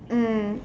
mm